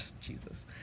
Jesus